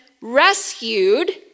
rescued